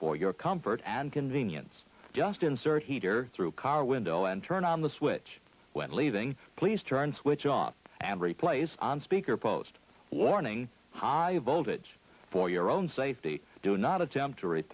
for your comfort and convenience just insert heater through car window and turn on the switch when leaving please turn switch off and replace on speaker post warning high voltage for your own safety do not attempt to rate